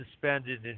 suspended